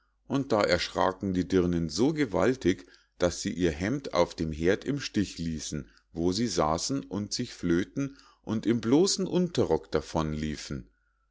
und da erschraken die dirnen so gewaltig daß sie ihr hemd auf dem herd im stich ließen wo sie saßen und sich flöh'ten und im bloßen unterrock